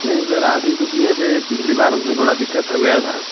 नहीं सर आज ही तो किये थे पिछली बार उसमें थोड़ा दिक्कत हो गया था